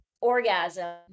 orgasm